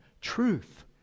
Truth